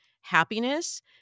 happiness